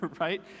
right